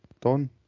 done